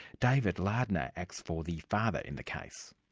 david lardner acts for the father in the case.